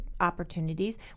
opportunities